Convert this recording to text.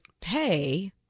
pay